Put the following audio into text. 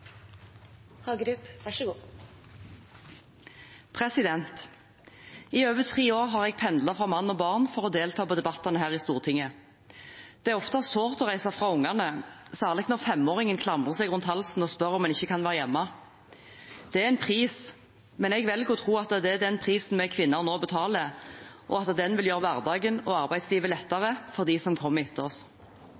I over tre år har jeg pendlet fra mann og barn for å delta i debattene på Stortinget. Det er ofte sårt å reise fra barna, særlig når 5-åringen klamrer seg rundt halsen min og spør om jeg ikke kan være hjemme. Det er en pris, men jeg velger å tro at det er den prisen vi kvinner nå betaler, og at den vil gjøre hverdagen og arbeidslivet lettere